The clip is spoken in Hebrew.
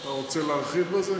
אתה רוצה להרחיב בזה?